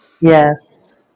Yes